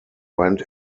went